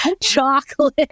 chocolate